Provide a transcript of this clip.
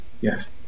Yes